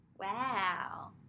wow